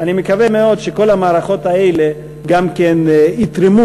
אני מקווה מאוד שכל המערכות האלה גם יתרמו